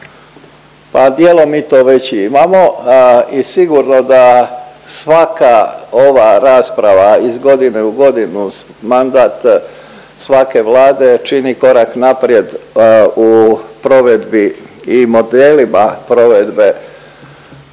Pa dijelom mi to već imamo i sigurno da svaka ova rasprava iz godine u godinu mandat svake Vlade čini korak naprijed u provedbi i modelima provedbe